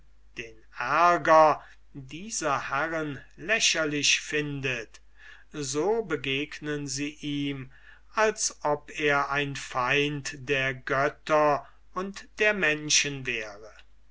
den ärger dieser herren lächerlich findet so begegnen sie ihm als ob er ein feind der götter und der menschen wäre